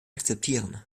akzeptieren